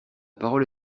parole